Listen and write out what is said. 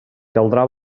caldrà